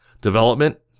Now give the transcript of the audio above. Development